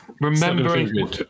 remembering